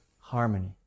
harmony